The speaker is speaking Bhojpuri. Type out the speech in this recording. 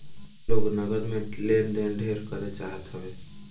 लोग नगद में लेन देन ढेर करे चाहत हवे